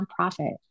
nonprofit